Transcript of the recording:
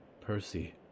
Percy